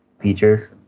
features